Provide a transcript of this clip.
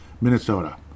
Minnesota